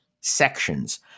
sections